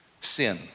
Sin